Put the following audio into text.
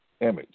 image